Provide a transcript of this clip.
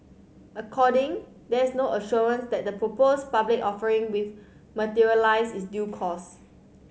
according there is no assurance that the proposed public offering with materialise is due course